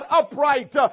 upright